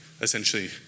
essentially